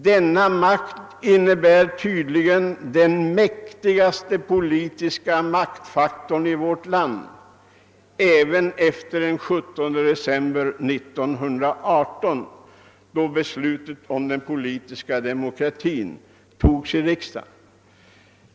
Den är tydligen den mäktigaste politiska maktfaktorn i vårt land även efter den 17 december 1918, då beslutet om den politiska demokratin fattades i riksdagen.